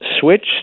switch